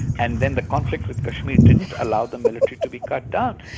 and then the conflict with kashmir didn't allow the military to be cut down.